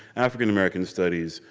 african-american studies,